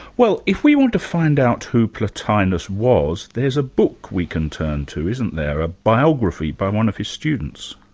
well if we want to find out who plotinus was, there's a book we can turn to, isn't there, a biography by one of his students.